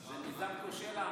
היא מיזם כושל.